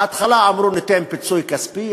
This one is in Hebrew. בהתחלה אמרו: ניתן פיצוי כספי.